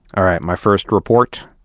all right. my first report,